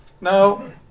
Now